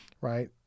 Right